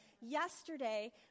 Yesterday